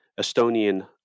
Estonian